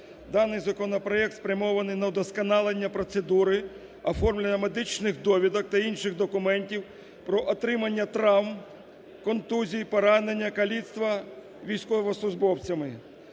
Даний законопроект спрямований на удосконалення процедури оформлення медичних довідок та інших документів про отримання травм, контузій, поранення, каліцтва військовослужбовцями.